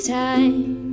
time